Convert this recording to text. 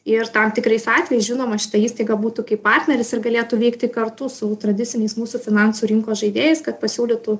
ir tam tikrais atvejais žinoma šita įstaiga būtų kaip partneris ir galėtų veikti kartu su tradiciniais mūsų finansų rinkos žaidėjais kad pasiūlytų